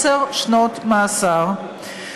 עשר שנות מאסר,